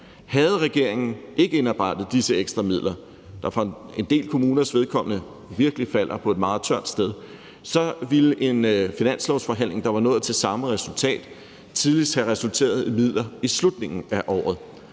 Havde regeringen ikke indarbejdet disse ekstra midler, der for en del kommuners vedkommende virkelig falder på et meget tørt sted, så ville en finanslovsforhandling, der var nået til det samme resultat, tidligst havde resulteret i midler i slutningen af året,